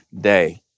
day